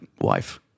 wife